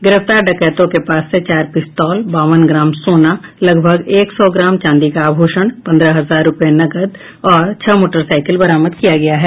गिरफ्तार डकैतों के पास से चार पिस्तौल बावन ग्राम सोन लगभग एक सौ ग्राम चांदी का आभ्षण पन्द्रह हजार रूपये नकद और छह मोटरसाईकिल बरामद किया गया है